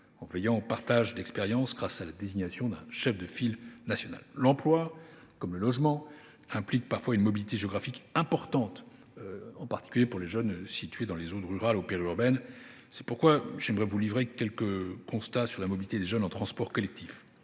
en veillant au partage d’expériences entre territoires, grâce à la désignation d’un chef de file à l’échelon national. L’emploi comme le logement impliquent parfois une mobilité géographique importante, en particulier pour les jeunes situés dans les zones rurales ou périurbaines. C’est pourquoi j’aimerais également vous livrer certains de nos constats sur la mobilité des jeunes en transports collectifs.